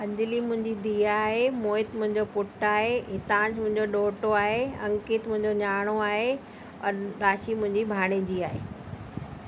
अंजली मुंहिंजी धीउ आहे मोहित मुंहिंजो पुटु आहे हेतांश मुंहिंजो ॾोटो आहे अंकित मुंहिंजो न्याणो आहे औरि राशी मुंहिंजी भाणेजी आहे